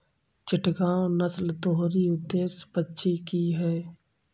चिटगांव नस्ल दोहरी उद्देश्य पक्षी की है